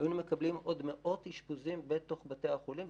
היינו מקבלים עוד מאות אשפוזים בתוך בתי החולים.